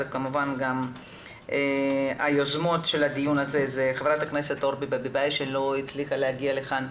כמובן גם יוזמות הדיון ח"כ אורנה ברביבאי שלא הצליחה להגיע לכאן,